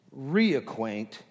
reacquaint